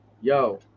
Yo